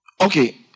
Okay